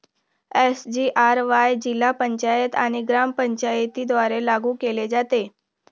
SGRY जिल्हा पंचायत आणि ग्रामपंचायतींद्वारे लागू केले जाते